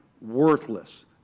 worthless